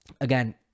Again